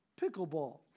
pickleball